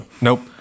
Nope